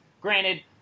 Granted